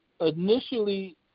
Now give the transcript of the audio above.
initially